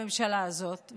לממשלה הזאת,